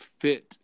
fit